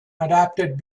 adapted